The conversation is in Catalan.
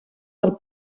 del